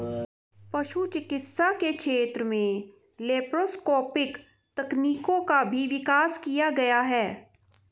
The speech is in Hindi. पशु चिकित्सा के क्षेत्र में लैप्रोस्कोपिक तकनीकों का भी विकास किया गया है